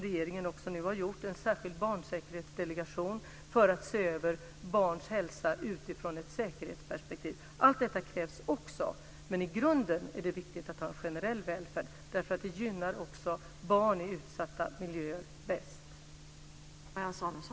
Regeringen har nu också skapat en särskild barnsäkerhetsdelegation för att se över barns hälsa utifrån ett säkerhetsperspektiv. Allt detta krävs också, men i grunden är det viktigt att ha en generell välfärd. Det gynnar barn i utsatta miljöer bäst.